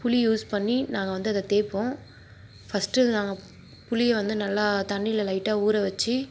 புளி யூஸ் பண்ணி நாங்கள் வந்து அதை தேய்ப்போம் ஃபஸ்ட்டு நாங்கள் புளியை வந்து நல்லா தண்ணியில் லைட்டாக ஊற வச்சு